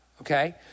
okay